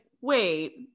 wait